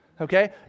okay